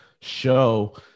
show